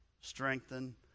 strengthen